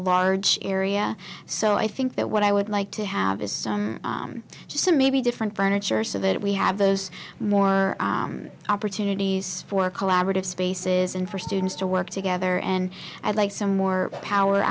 large area so i think that what i would like to have is some some a be different furniture so that we have those more opportunities for collaborative spaces and for students to work together and i'd like some more power